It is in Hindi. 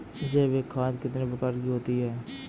जैविक खाद कितने प्रकार की होती हैं?